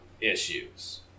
issues